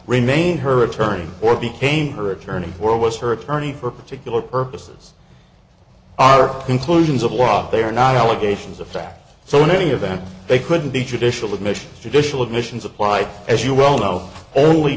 remain her attorney or became her attorney or was her attorney for particular purposes our conclusions of law they are not allegations of fact so in any event they couldn't be judicial admissions judicial admissions apply as you well know only